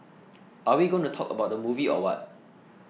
are we going to talk about the movie or what